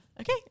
Okay